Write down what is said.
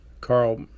Carl